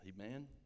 Amen